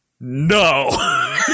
no